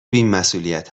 بیمسئولیت